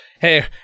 Hey